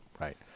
Right